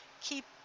Keep